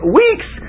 weeks